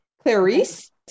clarice